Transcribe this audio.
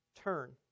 turn